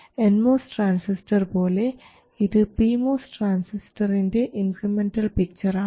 N MOS transistor പോലെ ഇത് P MOS ട്രാൻസിസ്റ്ററിൻറെ ഇൻക്രിമെൻറൽ പിക്ചർ ആണ്